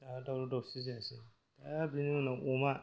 दाना दावराव दावसि जायासै दा बिनि उनाव अमा